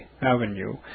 Avenue